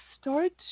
start